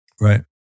Right